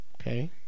Okay